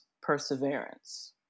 perseverance